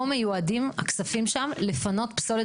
לא מיועדים הכספים שם לפנות פסולת